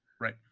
Right